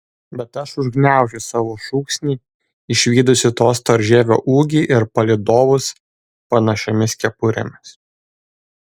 bet aš užgniaužiu savo šūksnį išvydusi to storžievio ūgį ir palydovus panašiomis kepurėmis